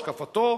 השקפתו,